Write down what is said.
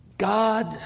God